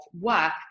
work